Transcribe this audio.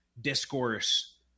discourse